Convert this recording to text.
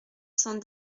cent